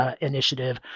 Initiative